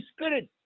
Spirit